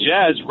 Jazz